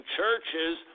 churches